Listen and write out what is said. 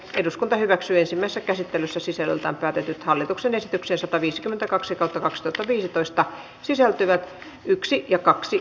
eduskunta hyväksyy sinänsä käsittelyssä sisällöltään päätetyt hallituksen esityksen sataviisikymmentäkaksi pato state viisitoista sisältyvät liikenne ja kaksi